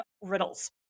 riddles